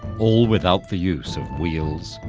all without the use of wheels,